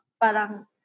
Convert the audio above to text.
parang